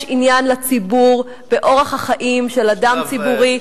יש עניין לציבור באורח החיים של אדם ציבורי,